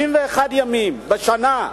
61 ימים בשנה.